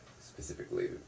specifically